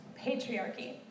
patriarchy